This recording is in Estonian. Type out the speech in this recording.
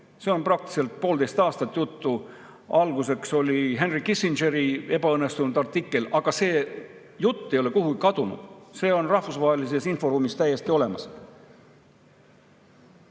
praktiliselt poolteist aastat. Selle algatas Henry Kissingeri ebaõnnestunud artikkel, aga see jutt ei ole kuhugi kadunud. See on rahvusvahelises inforuumis täiesti olemas.